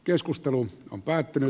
keskustelu on päättynyt